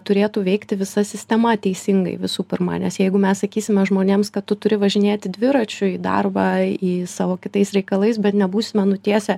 turėtų veikti visa sistema teisingai visų pirma nes jeigu mes sakysime žmonėms kad tu turi važinėti dviračiu į darbą į savo kitais reikalais bet nebūsime nutiesę